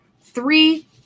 three